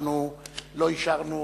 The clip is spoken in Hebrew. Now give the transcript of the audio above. אנחנו לא אישרנו